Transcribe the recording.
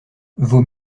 vos